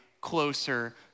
closer